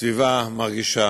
הסביבה מרגישה,